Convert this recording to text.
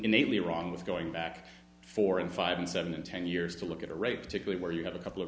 innately wrong with going back four in five and seven in ten years to look at a rate particularly where you have a couple of